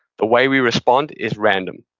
the way we respond is random.